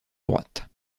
droite